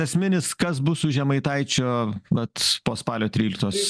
esminis kas bus su žemaitaičio vat po spalio tryliktos